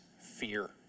fear